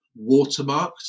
watermarked